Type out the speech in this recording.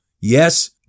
Yes